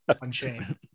Unchained